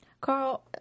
Carl